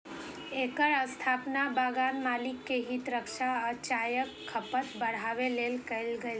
एकर स्थापना बगान मालिक के हित रक्षा आ चायक खपत बढ़ाबै लेल कैल गेल रहै